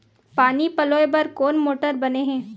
पानी पलोय बर कोन मोटर बने हे?